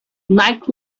nick